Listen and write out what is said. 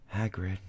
Hagrid